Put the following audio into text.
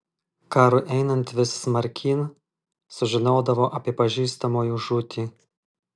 karui einant vis smarkyn sužinodavo apie pažįstamųjų žūtį